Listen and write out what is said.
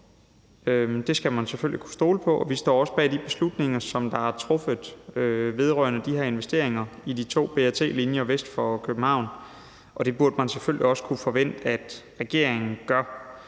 Det skal man selvfølgelig kunne stole på. Vi står også bag de beslutninger, som der er truffet vedrørende de her investeringer i de to BRT-linjer vest for København, og det burde man selvfølgelig også kunne forvente at regeringen gør.